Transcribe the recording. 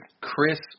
Chris